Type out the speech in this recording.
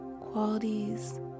qualities